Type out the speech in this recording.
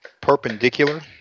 perpendicular